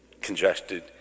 congested